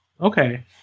okay